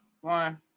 one